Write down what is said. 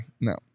no